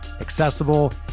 accessible